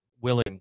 willing